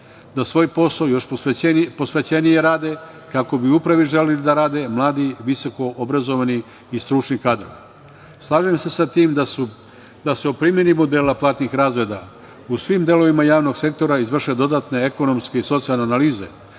da svoj posao još posvećenije rade, kako bi u upravi želeli da rade mladi visokoobrazovani i stručni kadrovi. Slažem se sa tim da se o primeni modela platnih razreda u svim delovima javnih sektora izvrše dodatne ekonomske i socijalne analize